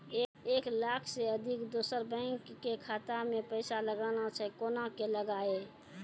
एक लाख से अधिक दोसर बैंक के खाता मे पैसा लगाना छै कोना के लगाए?